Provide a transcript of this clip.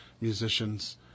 musicians